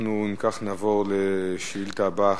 אנחנו נעבור לשאילתא הבאה,